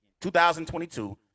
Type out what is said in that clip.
2022